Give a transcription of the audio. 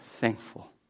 thankful